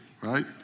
right